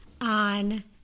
on